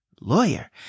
lawyer